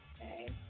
okay